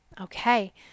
Okay